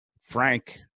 Frank